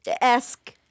esque